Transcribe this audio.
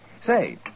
say